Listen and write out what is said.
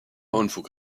unfug